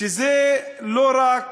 שזה לא רק